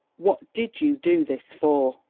what did you do this for?